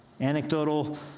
anecdotal